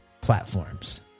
platforms